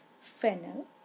fennel